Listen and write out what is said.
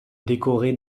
décoré